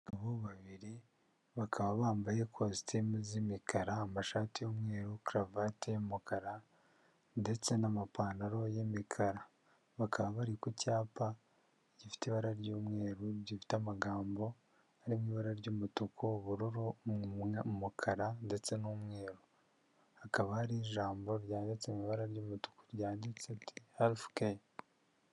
Abagabo babiri bakaba bambaye kositimu z'imikara, amashati y'umweru, karavate y'umukara, ndetse n'amapantaro y'imikara ,bakaba bari ku cyapa gifite ibara ry'umweru gifite amagambo arimo ibara ry'umutuku, ubururu, umukara, ndetse n'umweru, hakaba hari ijambo ryanditse mu ibara ry'umutuku ryanditse halifuke.